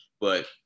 but-